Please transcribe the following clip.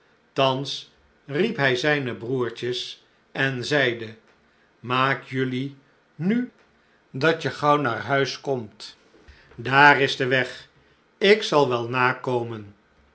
thans riep hij zijne broertjes en zeide maak jelui nu dat je gaauw naar huis komt dààr is de weg ik zal wel nakomen